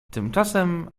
tymczasem